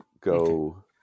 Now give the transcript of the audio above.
go